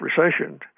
recession